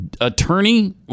attorney